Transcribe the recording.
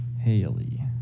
Haley